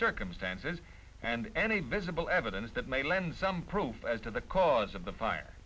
circumstances and any visible evidence that may lend some proof as to the cause of the fire